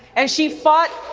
and she fought